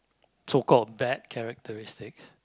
so called bad characteristics